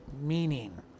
meaning